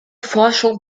forschung